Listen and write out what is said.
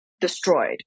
destroyed